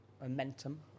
momentum